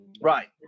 Right